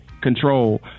control